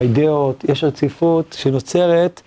אידיוט, יש רציפות שנוצרת.